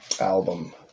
album